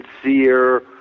sincere